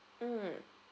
mm